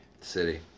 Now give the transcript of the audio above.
City